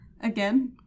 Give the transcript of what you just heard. Again